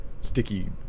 Sticky